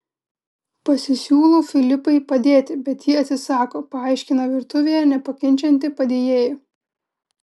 pasisiūlau filipai padėti bet ji atsisako paaiškina virtuvėje nepakenčianti padėjėjų